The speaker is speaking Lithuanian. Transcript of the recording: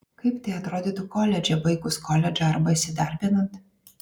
kaip tai atrodytų koledže baigus koledžą arba įsidarbinant